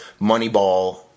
Moneyball –